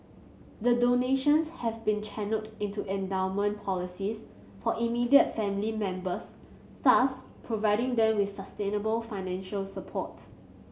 the donations have been channelled into endowment policies for immediate family members thus providing them with sustainable financial support